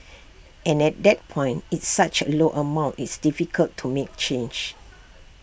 and at that point it's such A low amount it's difficult to make change